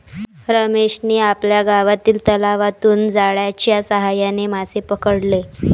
रमेशने आपल्या गावातील तलावातून जाळ्याच्या साहाय्याने मासे पकडले